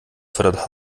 fördert